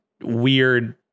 weird